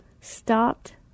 stopped